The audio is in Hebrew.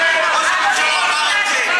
את זה אמר ראש הממשלה.